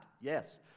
Yes